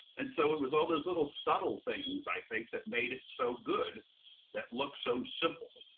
and so it was all those little subtle things i think that made it so good that look so simple.